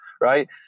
right